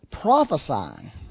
prophesying